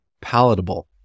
palatable